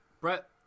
Brett